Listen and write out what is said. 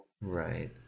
Right